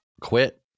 quit